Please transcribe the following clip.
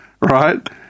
right